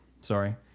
Sorry